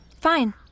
Fine